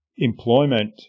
employment